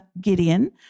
Gideon